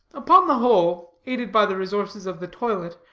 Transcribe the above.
upon the whole, aided by the resources of the toilet,